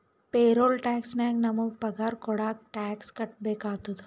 payroll tax ನಾಗ್ ನಮುಗ ಪಗಾರ ಕೊಡಾಗ್ ಟ್ಯಾಕ್ಸ್ ಕಟ್ಬೇಕ ಆತ್ತುದ